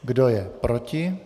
Kdo je proti?